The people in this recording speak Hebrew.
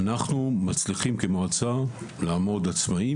אנחנו כמועצה מצליחים לעמוד עצמאיים